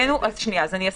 אני אסביר.